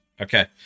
Okay